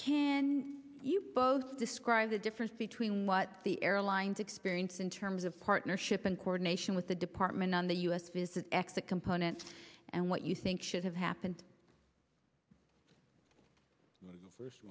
can you both describe the difference between what the airlines experience in terms of partnership in coordination with the department on the u s visit exit component and what you think should have happened first